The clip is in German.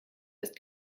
ist